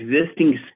existing